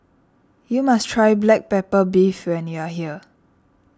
you must try Black Pepper Beef when you are here